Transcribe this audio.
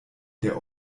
der